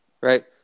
right